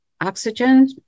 oxygen